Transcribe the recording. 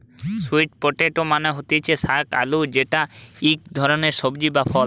sweet potato মানে হতিছে শাক আলু যেটা ইক ধরণের সবজি বা ফল